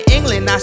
England